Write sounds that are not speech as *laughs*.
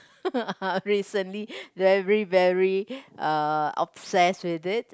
*laughs* recently very very err obsessed with it